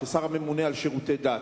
כשר הממונה על שירותי דת,